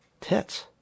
Tits